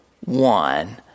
one